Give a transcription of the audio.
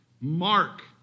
Mark